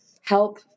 help